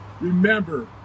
Remember